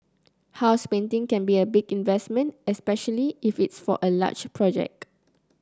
house painting can be a big investment especially if it's for a large project